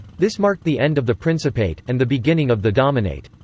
this marked the end of the principate, and the beginning of the dominate.